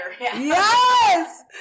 Yes